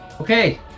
Okay